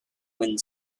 wind